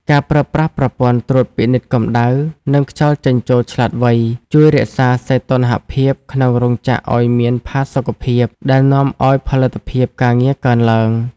ការប្រើប្រាស់ប្រព័ន្ធត្រួតពិនិត្យកំដៅ និងខ្យល់ចេញចូលឆ្លាតវៃ ជួយរក្សាសីតុណ្ហភាពក្នុងរោងចក្រឱ្យមានផាសុកភាព ដែលនាំឱ្យផលិតភាពការងារកើនឡើង។